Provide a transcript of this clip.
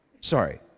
Sorry